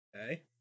Okay